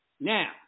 Now